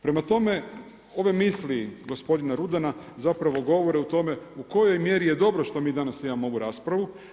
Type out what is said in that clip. Prema tome, ove misli gospodina Rudana, zapravo govore o tome u kojoj je mjeri dobro što mi danas imamo ovu raspravu.